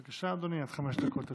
בבקשה, אדוני, עד חמש דקות לרשותך.